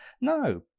No